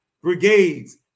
brigades